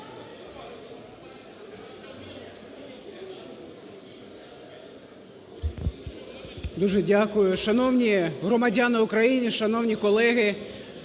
Дуже дякую. Шановні громадяни України, шановні колеги,